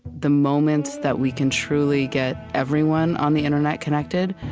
the moment that we can truly get everyone on the internet connected,